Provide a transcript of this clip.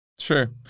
Sure